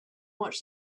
much